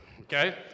Okay